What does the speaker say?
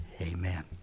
Amen